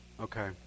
Okay